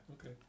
Okay